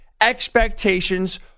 expectations